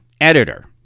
editor